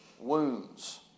wounds